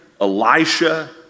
Elisha